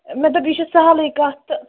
مےٚ دوٚپ یہِ چھُ سہلٕے کَتھ تہٕ